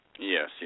Yes